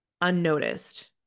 unnoticed